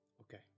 okay